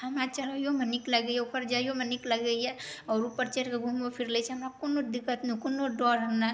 हमरा चढ़ैयोमे नीक लगैए उपर जाइयोमे नीक लगैए आओर उपर चढ़िके घुइमो फिर लै छी हमरा कोनो दिक्कत नहि कोनो डर हमरा